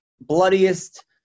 bloodiest